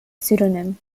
pseudonym